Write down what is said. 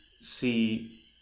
see